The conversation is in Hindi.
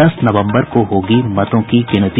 दस नवंबर को होगी मतों की गिनती